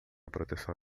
proteção